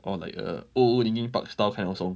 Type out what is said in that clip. or like a old linkin park style type of song